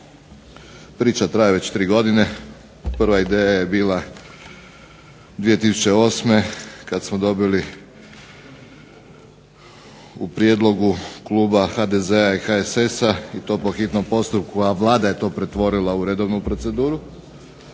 Priča traje već 3 godine, prva ideja je bila 2008. Kada smo dobili u prijedlogu Kluba HDZ i HSS-a i to po hitnom postupku a Vlada je to pretvorila u redovnu proceduru